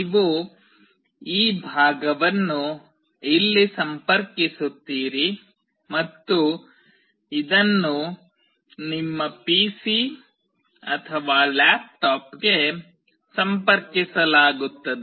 ನೀವು ಈ ಭಾಗವನ್ನು ಇಲ್ಲಿ ಸಂಪರ್ಕಿಸುತ್ತೀರಿ ಮತ್ತು ಇದನ್ನು ನಿಮ್ಮ ಪಿಸಿ ಅಥವಾ ಲ್ಯಾಪ್ಟಾಪ್ಗೆ ಸಂಪರ್ಕಿಸಲಾಗುತ್ತದೆ